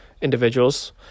individuals